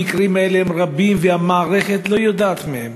המקרים האלה הם רבים והמערכת לא יודעת עליהם.